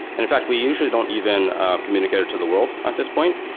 in fact, we usually don't even communicate it to the world at this point,